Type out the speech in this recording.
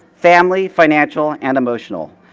family, financial and emotional.